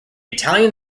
italian